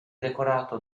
decorato